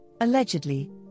allegedly